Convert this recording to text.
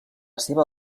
seva